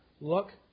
Look